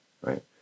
right